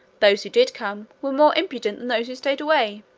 those who did come were more impudent than those who stayed away.